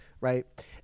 Right